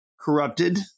corrupted